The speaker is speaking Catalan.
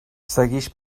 seguix